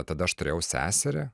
tada aš turėjau seserį